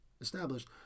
established